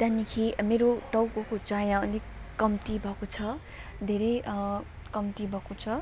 त्यहाँदेखि मेरो टाउकोको चायाँ अलिक कम्ती भएको छ धेरै कम्ती भएको छ